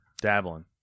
Dabbling